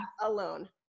alone